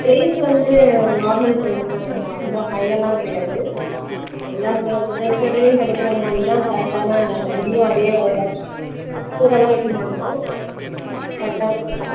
price வந்து normal price தான் மா ரொம்ப ஹையெல்லாம் கிடையாது எல்லா ஸ்டே ஸ்டேஸ்னரிலெயும் கிடைக்கிற மாதிரி தான் கரெக்டான இங்கேயும் அதே விலை தான் கூடெலாம் வைக்க மாட்டோம் கரெக்டாக தான் வைப்போம்